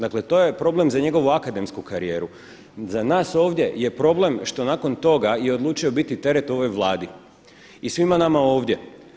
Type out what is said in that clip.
Dakle, to je problem za njegovu akademsku karijeru, za nas ovdje je problem što nakon toga je odlučio biti teret ovoj Vladi i svima nama ovdje.